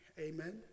Amen